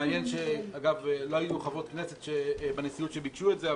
מעניין שלא היו חברות כנסת בנשיאות שביקשו את זה,